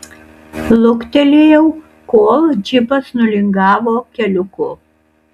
luktelėjau kol džipas nulingavo keliuku